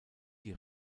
die